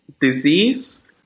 disease